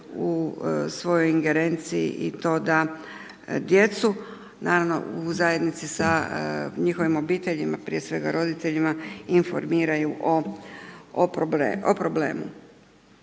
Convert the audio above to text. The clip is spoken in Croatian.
u svoj ingerenciji i to da djecu, naravno u zajednici sa njihovim obiteljima prije svega roditeljima informiraju o problemu.